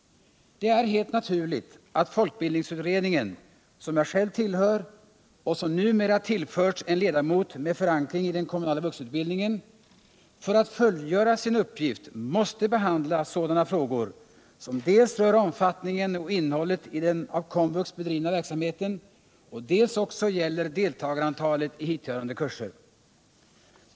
Det är helt naturligt att folkbildningsutredningen, som jag själv tillhör och som numera tillförts en ledamot med förankring i den kommunala vuxenutbildningen, för att fullgöra sin uppgift måste behandla sådana frågor som dels rör omfattningen och innehållet i den av Komvux bedrivna verksamheten, dels också gäller deltagarantalet i hithörande kurser.